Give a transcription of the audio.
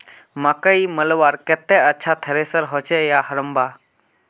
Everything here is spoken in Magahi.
मकई मलवार केते अच्छा थरेसर होचे या हरम्बा?